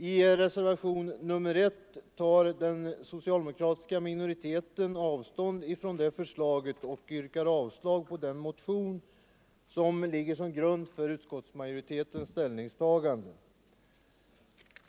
I reservationen 1 tar den socialdemokratiska minoriteten avstånd från det förslaget och yrkar avslag på den motion som ligger till grund för utskottsmajoritetens ställningstagande.